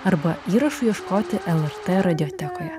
arba įrašų ieškoti lrt radioteikoje